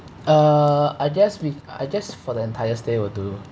uh I guess we I guess for the entire stay will do